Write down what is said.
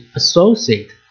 associate